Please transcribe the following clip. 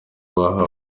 bahaye